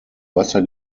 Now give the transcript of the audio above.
wasser